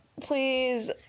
please